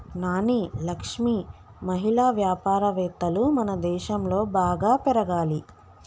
నాని లక్ష్మి మహిళా వ్యాపారవేత్తలు మనదేశంలో బాగా పెరగాలి